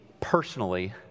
personally